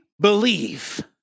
Believe